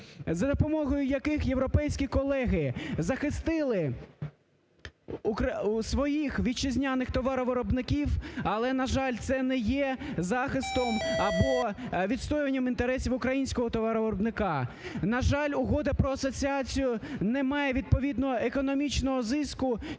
за допомогою яких європейські колеги захистили у своїх товаровиробників, але, на жаль, це не є захистом або відстоюванням інтересів українського товаровиробника. На жаль, Угода про асоціацію не має відповідного економічного зиску